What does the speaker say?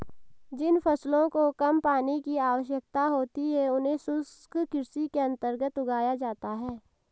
जिन फसलों को कम पानी की आवश्यकता होती है उन्हें शुष्क कृषि के अंतर्गत उगाया जाता है